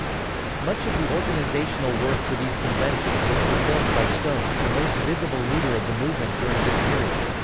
much of the organizational work for these conventions was performed by stone, the most visible leader of the movement during this period.